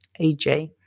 AJ